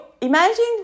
imagine